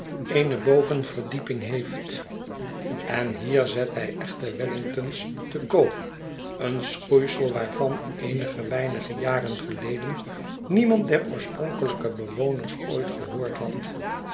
eene bovenverdieping heeft en hier zet hij echte wellington's te koop een schoeisel waarvan eenige weinige jaren geleden niemand der oorspronkelijke bewoners ooit gehoord had